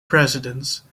presidents